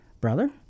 brother